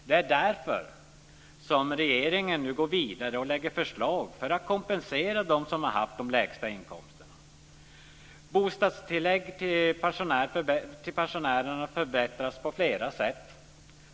Det är därför som regeringen nu går vidare och lägger fram förslag för att kompensera dem som har haft de lägsta inkomsterna. Bostadstillägget till pensionärerna förbättras på flera sätt.